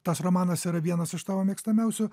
tas romanas yra vienas iš tavo mėgstamiausių